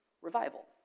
Revival